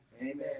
Amen